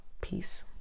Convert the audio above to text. Peace